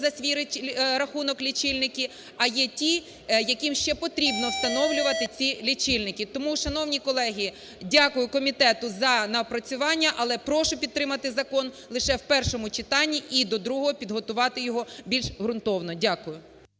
за свій рахунок лічильники, а є ті, яким ще потрібно встановлювати ці лічильники. Тому, шановні колеги, дякую комітету за напрацювання, але прошу підтримати закон лише в першому читанні і до другого підготувати його більш ґрунтовно. Дякую.